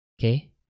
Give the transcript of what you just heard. Okay